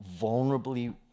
vulnerably